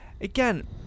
again